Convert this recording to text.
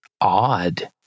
odd